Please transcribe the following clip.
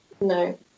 No